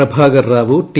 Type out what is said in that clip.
Prabhakar Rao T